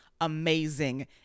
amazing